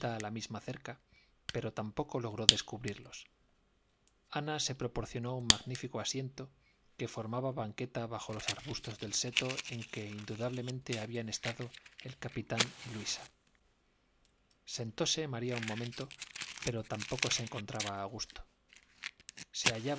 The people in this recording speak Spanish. la misma cerca pero tampoco logró descubrirlos ana se proporcionó un magnífico asiento que formaba banqueta bajo los arbustos del seto en que indudablemente habían estado el capitán y luisa sentóse maría un momento pero tampoco se encontraba a gusto se